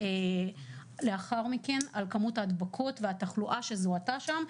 לאחר מכן על כמות ההדבקות והתחלואה שזוהתה שם.